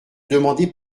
demandée